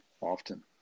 often